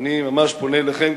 ואני ממש פונה אליכם,